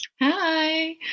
Hi